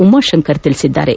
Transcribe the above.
ಉಮಾಶಂಕರ್ ತಿಳಿಸಿದ್ದಾರೆ